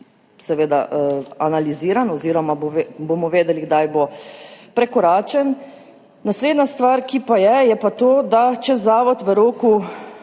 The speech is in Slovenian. programa analiziran oziroma bomo vedeli, kdaj bo prekoračen. Naslednja stvar, ki je, je pa to, da če Zavod v roku